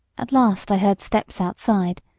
at last i heard steps outside,